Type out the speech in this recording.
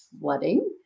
flooding